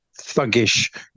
thuggish